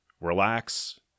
Relax